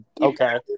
okay